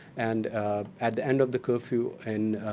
and at the end of the curfew and